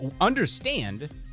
Understand